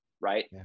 right